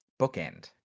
bookend